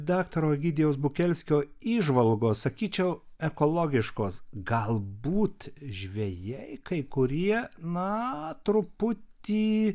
daktaro egidijaus bukelskio įžvalgos sakyčiau ekologiškos galbūt žvejai kai kurie na truputį